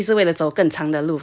为了走更长的路 of course